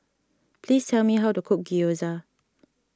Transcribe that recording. please tell me how to cook Gyoza